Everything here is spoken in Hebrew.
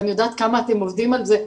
ואני יודעת כמה אתם עובדים על זה,